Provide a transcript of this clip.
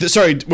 Sorry